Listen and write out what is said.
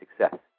success